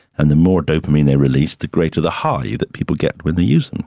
and the more dopamine they release, the greater the high that people get when they use them.